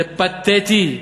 זה פתטי.